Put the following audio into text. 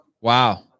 Wow